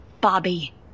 Bobby